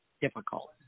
difficult